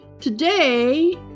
Today